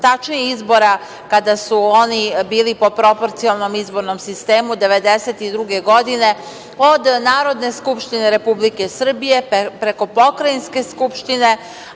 tačnije od izbora kada su oni bili po proporcionalnom izbornom sistemu 1992. godine, od Narodne skupštine Republike Srbije preko pokrajinske Skupštine,